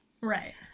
Right